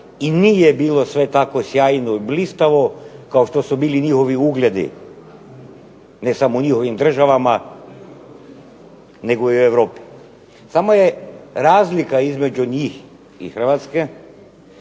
i nije bilo tako sve sjajno i blistavo kao što su bili njihovi ugledi, ne samo o njihovim državama, nego i u Europi. Samo je razlika između njih i Hrvatske